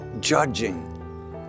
judging